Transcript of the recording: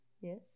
Yes